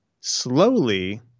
slowly